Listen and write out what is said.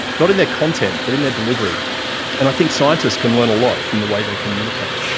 not in their content, but in their delivery. and i think scientists can learn a lot from the way they communicate.